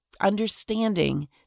understanding